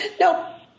No